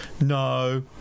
no